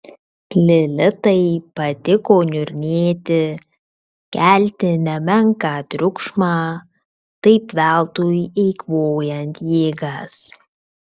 lilitai patiko niurnėti kelti nemenką triukšmą taip veltui eikvojant jėgas